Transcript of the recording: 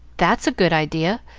that's a good idea!